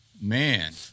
Man